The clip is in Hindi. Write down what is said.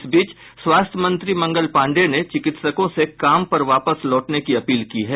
इस बीच स्वास्थ्य मंत्री मंगल पांडेय ने चिकित्सकों से काम पर वापस लौटने की अपील की है